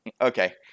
okay